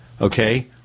Okay